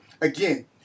Again